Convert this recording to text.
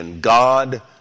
God